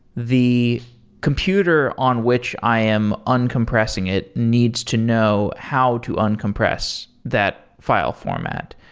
the computer on which i am uncompressing it needs to know how to uncompress that file format.